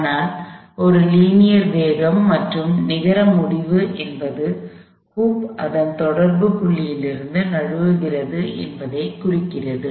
ஆனால் ஒரு லீனியர் வேகம் மற்றும் நிகர முடிவு என்பது ஹூப் அதன் தொடர்பு புள்ளியிலிருந்து நழுவுகிறது என்பதை குறிக்கிறது